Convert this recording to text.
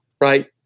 Right